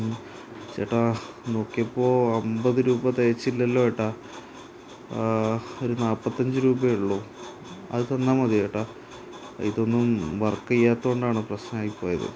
ചേട്ടാ നോക്കിയപ്പോള് അമ്പത് രൂപ തികച്ചില്ലല്ലോ ഏട്ടാ ഒരു നാല്പത്തിയഞ്ച് രൂപയേ ഉളളൂ അത് തന്നാല് മതിയോ ചേട്ടാ ഇതൊന്നും വർക്ക് ചെയ്യാത്തതുകൊണ്ടാണ് പ്രശ്നമായിപ്പോയത്